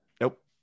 Nope